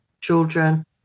children